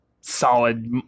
solid